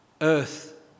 earth